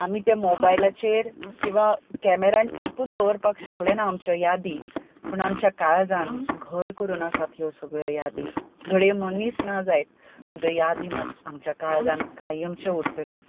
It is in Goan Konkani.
आमी त्या मोबायलाचेर किंवां केमेरान लिपून दवरपाक शकल्यो ना आमच्यो यादी पूण आमच्या काळजांत घर करून आसात ह्यो सगळ्यो यादी घडये मनीस ना जायत पूण त्यो यादी मात आमच्या काळजांत कायमच्यो उरतल्यो